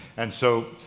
and so,